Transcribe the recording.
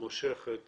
מושך את